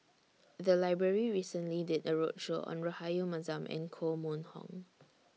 The Library recently did A roadshow on Rahayu Mahzam and Koh Mun Hong